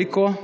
in